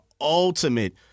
ultimate